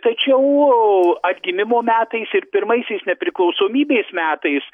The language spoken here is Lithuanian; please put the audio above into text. tačiau atgimimo metais ir pirmaisiais nepriklausomybės metais